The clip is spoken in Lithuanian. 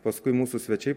paskui mūsų svečiai